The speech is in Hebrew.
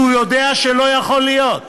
שהוא יודע שלא יכולה להיות.